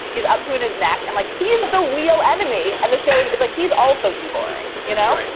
he's up to and his neck and like he's the real enemy. and the shows, it's like he's also too boring, you know.